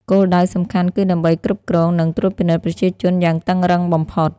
គោលដៅសំខាន់គឺដើម្បីគ្រប់គ្រង និងត្រួតពិនិត្យប្រជាជនយ៉ាងតឹងរ៉ឹងបំផុត។